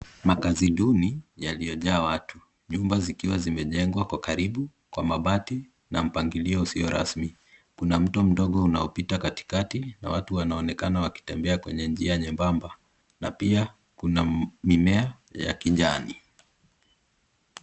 Makazi duni yaliyojaa watu. Nyumba zikiwa zimejengwa kwa karibu kwa mabati na mpangilio usio rasmi. Kuna mto mdogo unaopita katikati na watu wanaonekana wakitembea kwenye njia nyembamba na pia kuna mimea ya kijani.